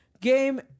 game